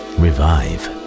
revive